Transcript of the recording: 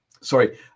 sorry